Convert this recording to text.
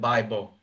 Bible